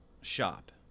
shop